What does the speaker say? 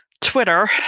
Twitter